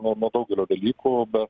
nuo nuo daugelio dalykų bet